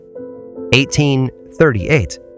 1838